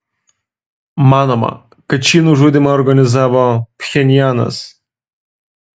manoma kad šį nužudymą organizavo pchenjanas